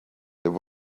there